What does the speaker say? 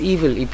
Evil